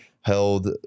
held